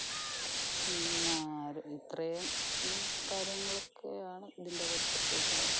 എന്നാലും ഇത്രയും കാര്യങ്ങളൊക്കെയാണ് ഇതിൻറെ അകത്ത് ഉള്ളത്